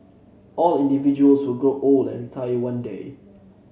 all individuals will grow old and retire one day